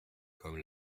comme